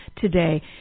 today